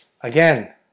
Again